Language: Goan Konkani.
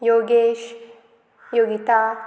योगेश योगिता